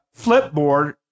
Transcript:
flipboard